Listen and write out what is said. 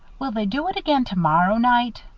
will they do it again tomorrow night?